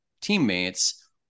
teammates